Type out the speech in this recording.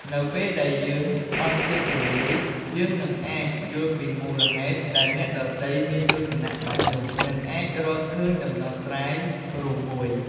នៅពេលដែលយើងបើកចិត្តទូលាយ យើងនឹងអាចយល់ពីមូលហេតុដែលអ្នកដទៃមានទស្សនៈបែបនោះ និងអាចរកឃើញដំណោះស្រាយរួមមួយ។